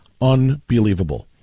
unbelievable